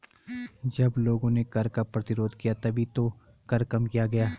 जब लोगों ने कर का प्रतिरोध किया तभी तो कर कम किया गया